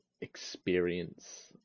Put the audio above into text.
experience